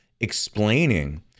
explaining